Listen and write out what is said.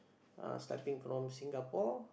uh starting from Singapore